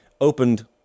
opened